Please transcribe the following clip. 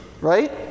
right